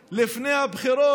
לפני הבחירות,